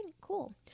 cool